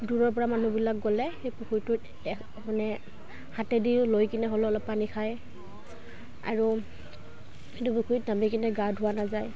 দূৰৰপৰা মানুহবিলাক গ'লে সেই পুখুৰীটোত মানে হাতেদিও লৈ কিনে হ'লে অলপ পানী খায় আৰু সেইটো পুখুৰীত নামি কিনে গা ধোৱা নাযায়